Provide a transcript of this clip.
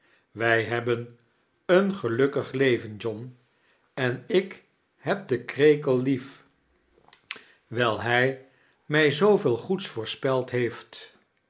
wij lueibben een gelnkkig leven jo hn en ik lieb den krekel lief wijl kerstvert ellingen hij mij zooveel goeds voorspeld hpeft